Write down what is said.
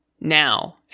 now